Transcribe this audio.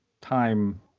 time